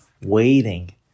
waiting